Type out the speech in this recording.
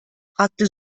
fragte